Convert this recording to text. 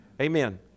amen